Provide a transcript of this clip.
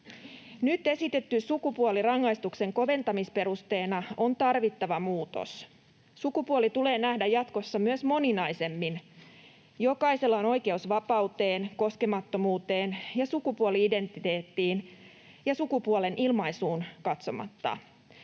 Nyt esitetty sukupuoli rangaistuksen koventamisperusteena on tarvittava muutos. Sukupuoli tulee nähdä jatkossa myös moninaisemmin. Jokaisella on oikeus vapauteen ja koskemattomuuteen sukupuoli-identiteettiin ja sukupuolen ilmaisuun katsomatta.